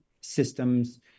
systems